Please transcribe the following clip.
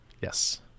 Yes